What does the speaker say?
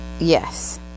Yes